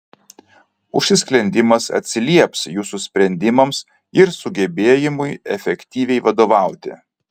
užsisklendimas atsilieps jūsų sprendimams ir sugebėjimui efektyviai vadovauti